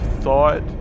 thought